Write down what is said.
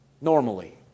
Normally